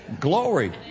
Glory